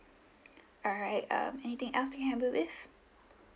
alright um anything else that I can help you with